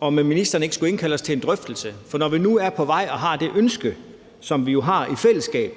om ministeren ikke skulle indkalde os til en drøftelse. For når vi nu er på vej og har det ønske, som vi jo har i fællesskab,